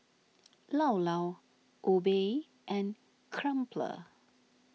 Llao Llao Obey and Crumpler